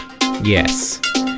Yes